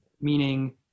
meaning